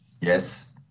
Yes